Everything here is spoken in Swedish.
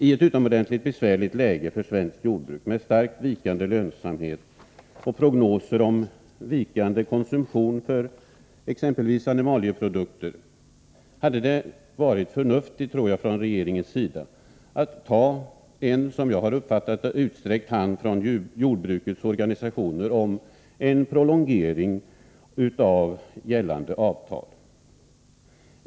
I ett utomordentligt besvärligt läge för svenskt jordbruk, med starkt vikande lönsamhet och prognoser om vikande konsumtion för exempelvis animalieprodukter, tror jag att det hade varit förnuftigt av regeringen att ta den utsträckta hand som man, enligt vad jag uppfattat, givit från jordbrukets organisationer om en prolongering av gällande avtal.